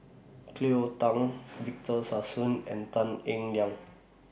Cleo Thang Victor Sassoon and Tan Eng Liang